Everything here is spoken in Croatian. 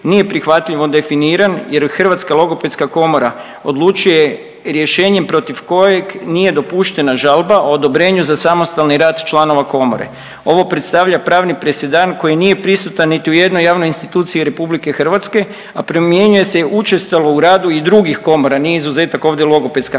nije prihvatljivo definiran jer Hrvatska logopedska komora odlučuje rješenjem protiv kojeg nije dopuštena žalba o odobrenju za samostalni rad članova komore. Ovo predstavlja pravni presedan koji nije prisutan niti u jednoj javnoj instituciji RH, a primjenjuje se učestalo u radu i drugih komora, nije izuzetak ovdje logopedska